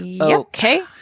Okay